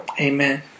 Amen